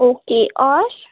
okay اور